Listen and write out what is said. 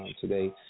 today